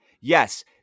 Yes